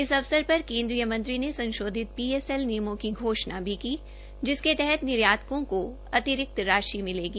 इस अवसर पर केन्द्रीय मंत्री ने संशोधित पीएसएल नियमों की घोषणा भी की जिसके तहत निर्यातकों को अतिरिक्त राशि मिलेगी